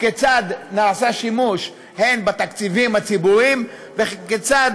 כיצד נעשה שימוש בתקציבים הציבוריים וכיצד